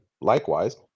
likewise